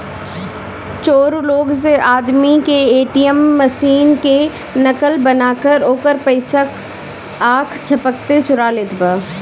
चोर लोग स आदमी के ए.टी.एम मशीन के नकल बना के ओकर पइसा आख झपकते चुरा लेत बा